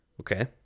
Okay